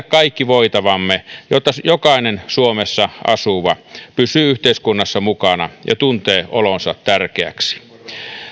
kaikki voitavamme jotta jokainen suomessa asuva pysyy yhteiskunnassa mukana ja tuntee olonsa tärkeäksi